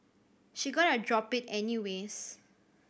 she gonna drop it any ways